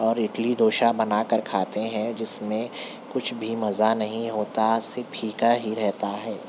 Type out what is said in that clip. اور اِڈلی ڈوسا بنا کر کھاتے ہیں جس میں کچھ بھی مزہ نہیں ہوتا صرف پھیکا ہی رہتا ہے